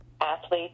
athletes